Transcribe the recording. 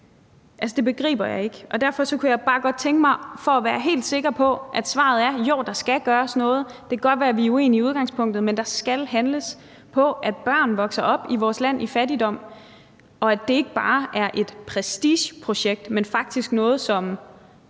det begriber jeg ikke. Jeg vil gerne være helt sikker på, at svaret er: Jo, der skal gøres noget. Det kan godt være, vi er uenige i udgangspunktet, men der skal handles på, at børn vokser op i vores land i fattigdom, og at det ikke bare er et prestigeprojekt, men faktisk noget, som